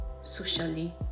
socially